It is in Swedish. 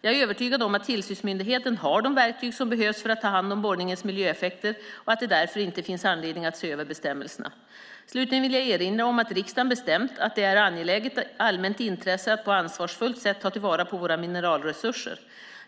Jag är övertygad om att tillsynsmyndigheten har de verktyg som behövs för att ta hand om borrningens miljöeffekter och att det därför inte finns anledning att se över bestämmelserna. Slutligen vill jag erinra om att riksdagen bestämt att det är ett angeläget allmänt intresse att på ett ansvarsfullt sätt ta till vara våra mineralresurser.